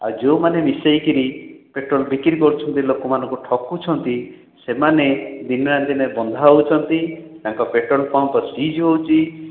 ଆ ଯେଉଁମାନେ ମିଶେଇକିରି ପେଟ୍ରୋଲ୍ ବିକ୍ରି କରୁଛନ୍ତି ଲୋକମାନଙ୍କୁ ଠକୁଛନ୍ତି ସେମାନେ ଦିନେନା ଦିନେ ବନ୍ଧା ହେଉଛନ୍ତି ତାଙ୍କ ପେଟ୍ରୋଲ୍ ପମ୍ପ ସୀଜ୍ ହେଉଛି